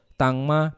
tangma